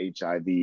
HIV